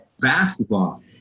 basketball